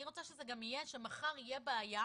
אני רוצה שגם אם מחר תהיה בעיה,